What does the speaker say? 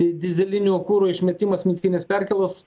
į dyzelinio kuro išmetimą smiltynės perkėlos